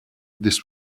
this